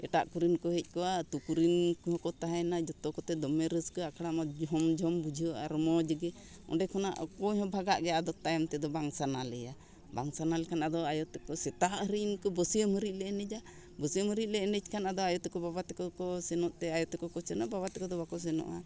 ᱮᱴᱟᱜ ᱠᱚᱨᱮᱱ ᱠᱚ ᱦᱮᱡ ᱠᱚᱜᱼᱟ ᱟᱛᱳ ᱠᱚᱨᱮᱱ ᱠᱚᱦᱚᱸ ᱠᱚ ᱛᱟᱦᱮᱱᱟ ᱡᱚᱛᱚ ᱠᱚᱛᱮ ᱫᱚᱢᱮ ᱨᱟᱹᱥᱠᱟᱹ ᱟᱠᱷᱲᱟ ᱡᱷᱚᱢ ᱡᱷᱚᱢ ᱵᱩᱡᱷᱟᱹᱜᱼᱟ ᱟᱨ ᱢᱚᱡᱽ ᱜᱮ ᱚᱸᱰᱮ ᱠᱷᱚᱱᱟᱜ ᱚᱠᱚᱭ ᱦᱚᱸ ᱵᱷᱟᱜᱟᱜ ᱜᱮᱭᱟ ᱟᱫᱚ ᱛᱟᱭᱚᱢ ᱛᱮᱫᱚ ᱵᱟᱝ ᱥᱟᱱᱟ ᱞᱮᱭᱟ ᱵᱟᱝ ᱥᱟᱱᱟ ᱞᱮᱠᱷᱟᱱ ᱟᱫᱚ ᱟᱭᱩ ᱛᱮᱠᱚ ᱥᱮᱛᱟᱜ ᱦᱟᱹᱨᱤ ᱠᱚ ᱵᱟᱹᱥᱭᱟᱹ ᱢᱟᱹᱨᱤᱡ ᱞᱮ ᱮᱱᱮᱡᱟ ᱵᱟᱹᱥᱭᱟᱹ ᱢᱟᱹᱨᱤᱡ ᱞᱮ ᱮᱱᱮᱡ ᱠᱷᱟᱱ ᱟᱫᱚ ᱟᱭᱳ ᱛᱮᱠᱚ ᱵᱟᱵᱟ ᱛᱟᱠᱚ ᱠᱚ ᱥᱮᱱᱚᱜ ᱛᱮ ᱟᱭᱳ ᱛᱮᱠᱚ ᱥᱮᱱᱚᱜ ᱵᱟᱵᱟ ᱛᱟᱠᱚ ᱫᱚ ᱵᱟᱠᱚ ᱥᱮᱱᱚᱜᱼᱟ